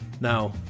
Now